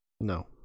No